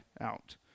out